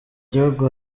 gihugu